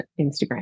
instagram